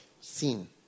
seen